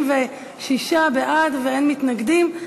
46 בעד ואין מתנגדים.